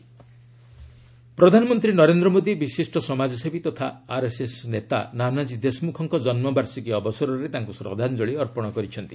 PM tribute ପ୍ରଧାନମନ୍ତ୍ରୀ ନରେନ୍ଦ୍ର ମୋଦୀ ବିଶିଷ୍ଟ ସମାଜସେବୀ ତଥା ଆର୍ଏସ୍ଏସ୍ ନେତା ନାନାଜୀ ଦେଶମୁଖଙ୍କ ଜନ୍ମ ବାର୍ଷିକୀ ଅବସରରେ ତାଙ୍କୁ ଶ୍ରଦ୍ଧାଞ୍ଜଳୀ ଅର୍ପଣ କରିଛନ୍ତି